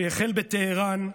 שהחל בטהראן,